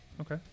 Okay